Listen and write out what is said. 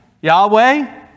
Yahweh